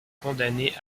condamné